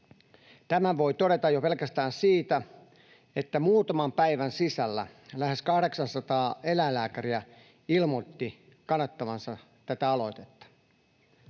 Tämän voi todeta jo pelkästään siitä, että muutaman päivän sisällä lähes 800 eläinlääkäriä ilmoitti kannattavansa tätä aloitetta.